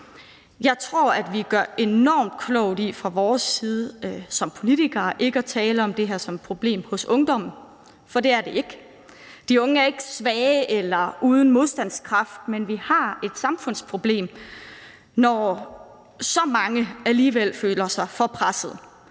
Jeg tror, at vi gør enormt klogt i fra vores side som politikere ikke at tale om det her som et problem hos ungdommen, for det er det ikke. De unge er ikke svage eller uden modstandskraft, men vi har et samfundsproblem, når så mange alligevel føler sig for presset,